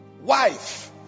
wife